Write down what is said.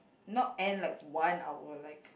not end like one hour like